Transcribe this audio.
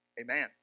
Amen